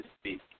speak